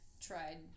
tried